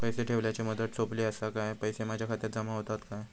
पैसे ठेवल्याची मुदत सोपली काय पैसे माझ्या खात्यात जमा होतात काय?